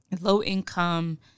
low-income